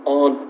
on